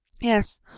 yes